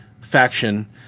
faction